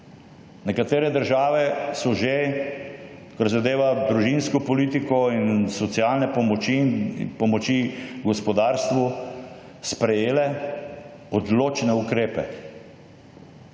Nekatere države si že prizadevajo družinsko politiko in socialne pomoči in pomoči gospodarstvu, sprejele odločne ukrepe.